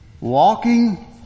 walking